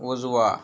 उजवा